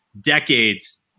decades